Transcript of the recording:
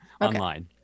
online